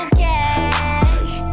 cash